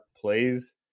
plays